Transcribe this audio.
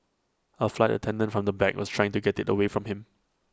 A flight attendant from the back was trying to get IT away from him